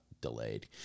delayed